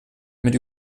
mit